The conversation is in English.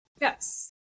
Yes